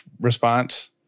response